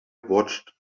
watched